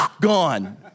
gone